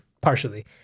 partially